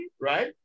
Right